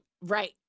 right